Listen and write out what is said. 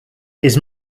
his